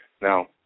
Now